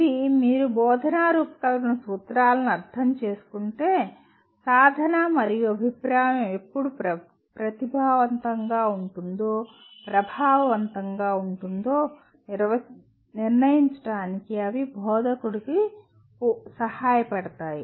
ఇది మీరు బోధనా రూపకల్పన సూత్రాలను అర్థం చేసుకుంటే సాధన మరియు అభిప్రాయం ఎప్పుడు ప్రభావవంతంగా ఉంటుందో నిర్ణయించడానికి అవి బోధకుడికి సహాయపడతాయి